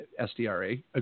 SDRA